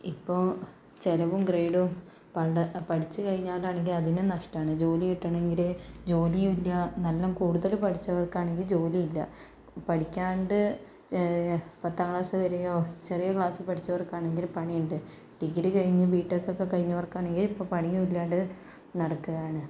ഇപ്പോൾ ചിലവും ഗ്രേഡും പണ്ട് പഠിച്ചുകഴിഞ്ഞാലാണെങ്കിൽ അതിനും നഷ്ടമാണ് ജോലി കിട്ടണങ്കില് ജോലിയു ഇല്ല നല്ല കൂടുതല് പഠിച്ചവർക്കാണെങ്കില് ജോലിയില്ല പഠിക്കാണ്ട് പത്താം ക്ലാസ് വരെയോ ചെറിയ ക്ലാസ്സ് പഠിച്ചവർക്കാണെങ്കിൽ പണിയുണ്ട് ഡിഗ്രി കഴിഞ്ഞും ബിടെക്കൊക്കെ കഴിഞ്ഞവർക്കാണെങ്കിൽ ഇപ്പോൾ പണിയും ഇല്ലാണ്ട് നടക്കുകയാണ്